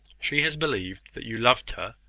she has believed that you loved her,